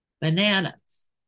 bananas